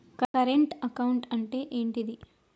Current account అంటే ఏంటిది?